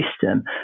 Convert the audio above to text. system